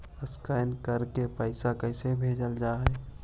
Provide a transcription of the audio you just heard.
Scan करके पैसा कैसे भेजल जा हइ?